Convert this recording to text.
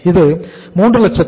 இது 367500